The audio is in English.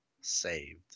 Saved